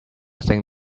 think